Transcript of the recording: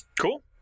Cool